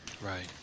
Right